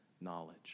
knowledge